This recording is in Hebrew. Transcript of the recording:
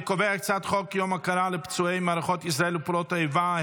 אני קובע כי הצעת חוק יום הוקרה לפצועי מערכות ישראל ופעולות האיבה,